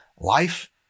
Life